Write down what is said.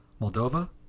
Moldova